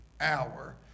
hour